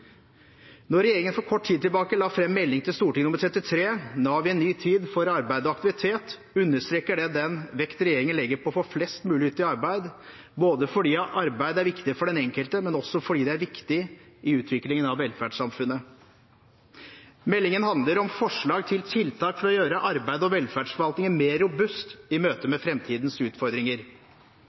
Når regjeringen for kort tid tilbake la frem Meld. St. 33, NAV i en ny tid – for arbeid og aktivitet, understreker det den vekt regjeringen legger på å få flest mulig ut i arbeid, fordi arbeid er viktig for den enkelte, men også fordi det er viktig i utviklingen av velferdssamfunnet. Meldingen handler om forslag til tiltak for å gjøre arbeids- og velferdsforvaltningen mer robust i møte med fremtidens utfordringer.